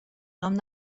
nom